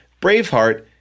Braveheart